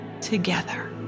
together